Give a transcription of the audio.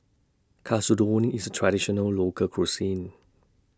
Katsudon IS A Traditional Local Cuisine